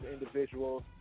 individuals